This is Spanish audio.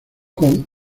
con